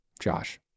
Josh